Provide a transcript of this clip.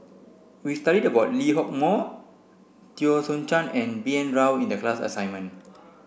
we studied about Lee Hock Moh Teo Soon Chuan and B N Rao in the class assignment